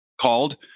called